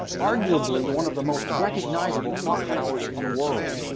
arguably one of the most recognizable clock-towers in the world.